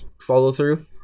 follow-through